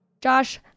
Josh